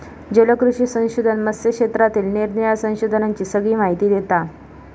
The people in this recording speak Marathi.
जलकृषी संशोधन मत्स्य क्षेत्रातील निरानिराळ्या संशोधनांची सगळी माहिती देता